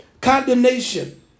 condemnation